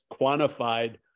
quantified